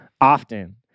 often